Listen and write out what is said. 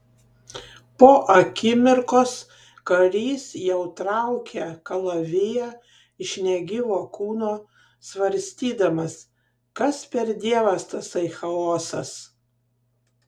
po akimirkos karys jau traukė kalaviją iš negyvo kūno svarstydamas kas per dievas tasai chaosas